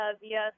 via